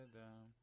down